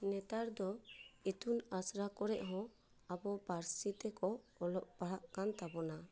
ᱱᱮᱛᱟᱨ ᱫᱚ ᱤᱛᱩᱱ ᱟᱥᱲᱟ ᱠᱚᱨᱮᱜ ᱦᱚᱸ ᱟᱵᱚ ᱯᱟᱹᱨᱥᱤ ᱛᱮᱠᱚ ᱚᱞᱚᱜ ᱯᱟᱲᱦᱟᱜ ᱠᱟᱱ ᱛᱟᱵᱚᱱᱟ